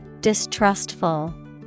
Distrustful